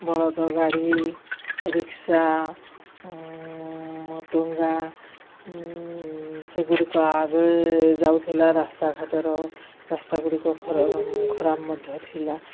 ବଳଦ ଗାଡ଼ି ରିକ୍ସା ଟୁଙ୍ଗା ସେଗୁଡ଼ିକ ଆଗ ଯାଉଥିଲା ରାସ୍ତାଘାଟର ରାସ୍ତା ଗୁଡ଼ିକ ଖର ଖରାପ ମଧ୍ୟ ଥିଲା